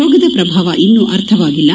ರೋಗದ ಪ್ರಭಾವ ಇನ್ನೂ ಅರ್ಥವಾಗಿಲ್ಲ